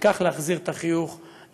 ובכך להחזיר את החיוך לדגה,